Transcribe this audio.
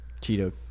Cheeto